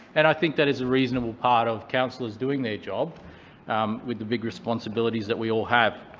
and i think that is a reasonable part of councillors doing their job with the big responsibilities that we all have.